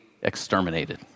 exterminated